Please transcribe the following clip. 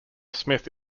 smith